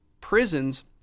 prisons